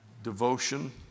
Devotion